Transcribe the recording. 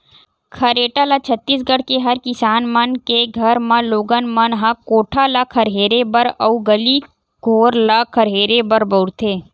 खरेटा ल छत्तीसगढ़ के हर किसान मन के घर म लोगन मन ह कोठा ल खरहेरे बर अउ गली घोर ल खरहेरे बर बउरथे